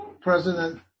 president